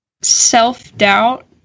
Self-doubt